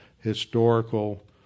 historical